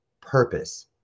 purpose